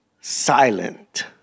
Silent